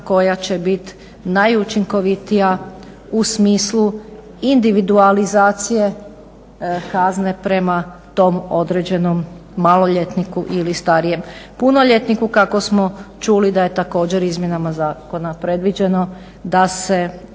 koja će biti najučinkovitija u smislu individualizacije kazne prema tom određenom maloljetniku ili starijem punoljetniku. Kako smo čuli da je također izmjenama zakona predviđeno da se